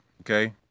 okay